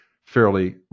fairly